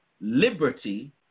liberty